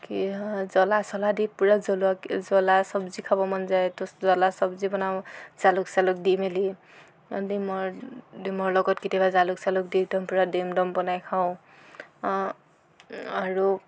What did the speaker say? কি হয় জলা চলা দি পুৰা জলা চবজি খাব মন যায় তো জলা চবজি বনাওঁ জালুক চালুক দি মেলি ডিমৰ ডিমৰ লগত কেতিয়াবা জালুক চালুক দি পুৰা ডিম দম বনাই খাওঁ আৰু